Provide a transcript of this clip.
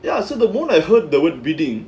ya so the [one] I've heard that would bidding